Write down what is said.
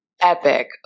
epic